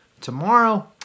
tomorrow